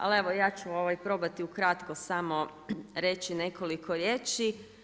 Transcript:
Ali evo ja ću probati ukratko reći nekoliko riječi.